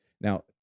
Now